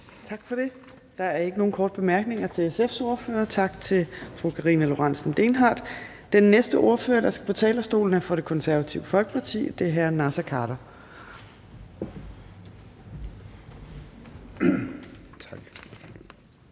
Tak for det. Der er ikke nogen korte bemærkninger til SF's ordfører. Tak til fru Karina Lorentzen Dehnhardt. Den næste ordfører, der skal på talerstolen, er fra Det Konservative Folkeparti, og det er hr. Naser Khader. Kl.